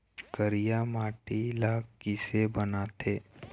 करिया माटी ला किसे बनाथे?